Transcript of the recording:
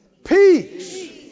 Peace